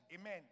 amen